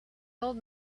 old